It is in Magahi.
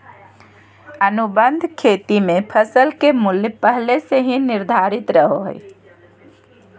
अनुबंध खेती मे फसल के मूल्य पहले से ही निर्धारित रहो हय